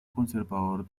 conservador